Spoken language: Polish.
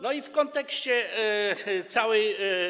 No i w kontekście tej całej.